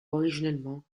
originellement